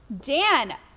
Dan